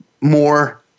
more